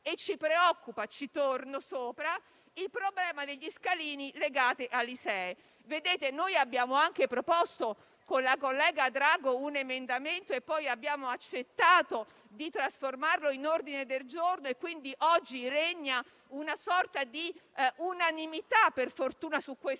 Ci preoccupa il problema degli scalini legati all'ISEE. Colleghi, noi abbiamo anche proposto, con la collega Drago, un emendamento, che poi abbiamo accettato di trasformare in ordine del giorno, quindi oggi regna una sorta di unanimità (per fortuna) su questo